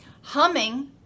humming